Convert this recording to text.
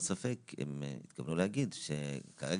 אם תסתכלו מבחינת כמות,